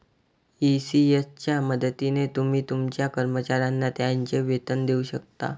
ECS च्या मदतीने तुम्ही तुमच्या कर्मचाऱ्यांना त्यांचे वेतन देऊ शकता